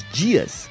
dias